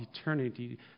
eternity